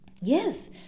Yes